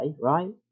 right